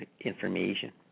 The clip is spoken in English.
information